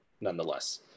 nonetheless